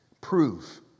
Prove